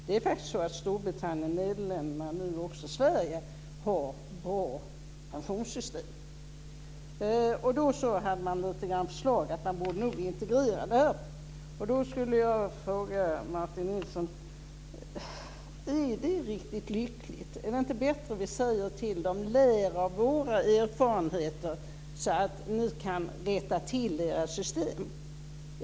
Det är faktiskt så att Storbritannien, Nederländerna och nu också Sverige har bra pensionssystem. Man hade på förslag att man nog borde integrera detta. Då skulle jag vilja fråga Martin Nilsson om det är riktigt lyckat. Är det inte bättre att vi säger till dem att lära av våra erfarenheter så de kan rätta till sina system?